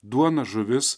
duona žuvis